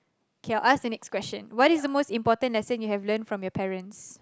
okay I'll ask the next question what is the most important lesson you have learnt from your parents